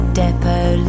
depot